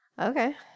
Okay